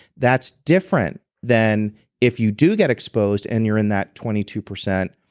that's different than if you do get exposed and you are in that twenty two percent.